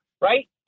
right